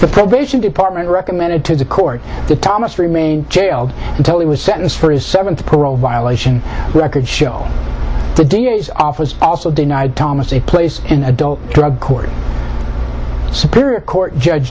the probation department recommended to the court the thomas remained jailed until he was sentenced for his seventh parole violation record show the d a s office also denied thomas a place in adult drug court superior court judge